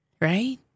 right